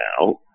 now